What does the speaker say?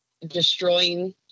destroying